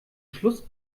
schluss